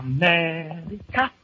America